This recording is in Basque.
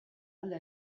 alde